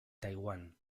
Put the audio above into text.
taiwán